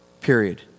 period